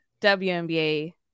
WNBA